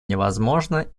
невозможно